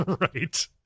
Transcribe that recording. right